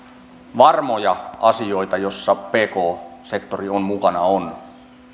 varmoja asioita missä pk sektori on mukana ovat